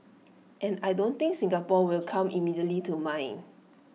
and I don't think Singapore will come immediately to mine